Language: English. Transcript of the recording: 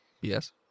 Yes